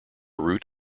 root